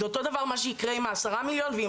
זה אותו דבר מה שיקרה עם העשרה מיליון ועם